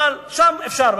אבל שם אפשר.